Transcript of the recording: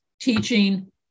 teaching